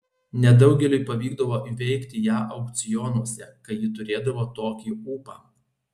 nedaugeliui pavykdavo įveikti ją aukcionuose kai ji turėdavo tokį ūpą